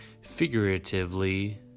figuratively